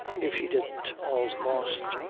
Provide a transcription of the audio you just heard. if she didn't, all's lost.